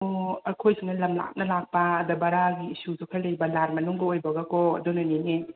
ꯑꯣ ꯑꯩꯈꯣꯏꯁꯦ ꯂꯝ ꯂꯥꯞꯅ ꯂꯥꯛꯄ ꯑꯗ ꯕꯔꯥꯒꯤ ꯏꯁꯨꯗꯣ ꯈꯔ ꯂꯩꯕ ꯂꯥꯟ ꯃꯅꯨꯡꯒ ꯑꯣꯏꯕꯒꯀꯣ ꯑꯗꯨꯅꯅꯤꯅꯦ